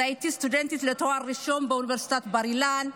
הייתי אז סטודנטית לתואר ראשון באוניברסיטת בר-אילן,